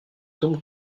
tombe